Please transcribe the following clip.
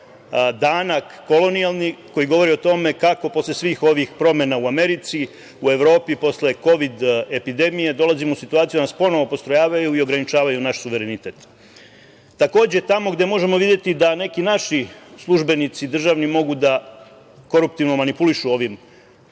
danak kolonijalni koji govori o tome kako posle svih ovih promena u Americi, u Evropi, posle kovid epidemije dolazimo u situaciju da nas ponovo postrojavaju i ograničavaju naš suverenitet. Takođe, tamo gde možemo videti da neki naši službenici državni mogu da koruptivno manipulišu ovim